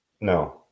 No